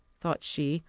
thought she,